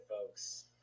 folks